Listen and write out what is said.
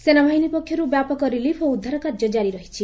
ସେନାବାହିନୀ ପକ୍ଷରୁ ବ୍ୟାପକ ରିଲିଫ ଓ ଉଦ୍ଧାରକାର୍ଯ୍ୟ ଜାରି ରହିଛି